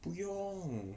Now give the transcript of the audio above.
不用